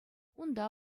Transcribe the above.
унта